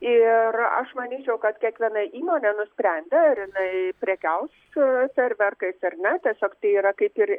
ir aš manyčiau kad kiekviena įmonė nusprendė ar jinai prekiaus fejerverkais ar ne tiesiog tai yra kaip ir